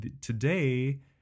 today